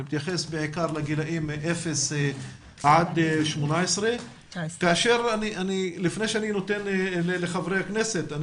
אני מתייחס בעיקר לגילאים אפס עד 18. לפני שאני נותן לחברי הכנסת לדבר,